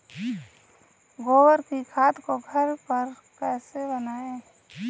गोबर की खाद को घर पर कैसे बनाएँ?